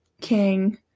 king